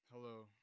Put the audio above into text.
Hello